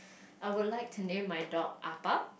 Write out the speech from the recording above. I would like to name my dog Appa